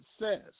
says